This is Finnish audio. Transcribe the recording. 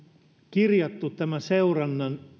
kirjattu tämä seurannan